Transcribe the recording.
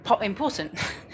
important